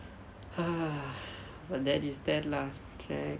ah but that is that lah